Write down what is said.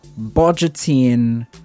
budgeting